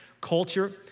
culture